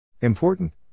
Important